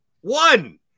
one